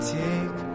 take